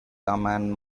command